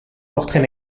portrait